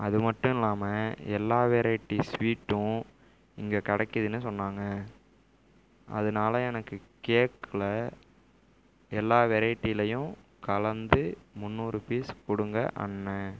அதுமட்டும் இல்லாமல் எல்லா வெரைட்டி ஸ்வீட்டும் இங்கே கிடைக்கிதுனு சொன்னாங்க அதனால எனக்கு கேக்கில் எல்லா வெரைட்டிலையும் கலந்து முந்நூறு பீஸ் கொடுங்க அண்ணா